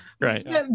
Right